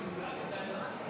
ההצעה להעביר לוועדה את הצעת חוק